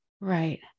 right